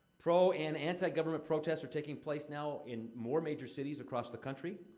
pro and anti-government protests are taking place, now, in more major cities across the country.